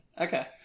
Okay